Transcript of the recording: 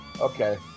Okay